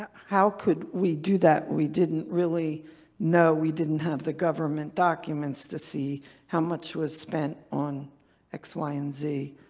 ah how could we do that? we didn't really know. we didn't have the government documents to see how much was spent on x, y, and z.